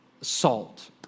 salt